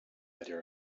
idea